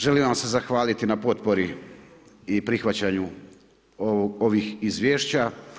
Želim vam se zahvaliti na potpori i prihvaćanju ovih izvješća.